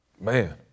Man